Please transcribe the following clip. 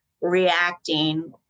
reacting